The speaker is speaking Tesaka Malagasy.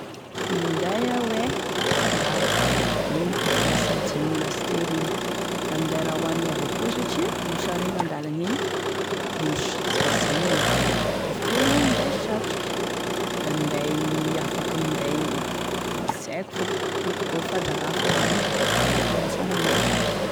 Minday aho e rano, igny da tena sy adigno lasteo igny da minday raha hoanigny avao koa satria mosaregny an-dalana eny ino da sy maintsy izay e hoanigny, avy teo anao minday satroky da minday afaka minday sy aiko fiko fandrarafagny aigny, lefa mafana gn'andro.